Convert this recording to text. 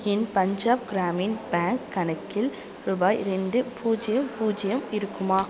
என் Punjab Gramin bank கணக்கில் ரூபாய் ரெண்டு பூஜ்யம் பூஜ்யம் இருக்குமா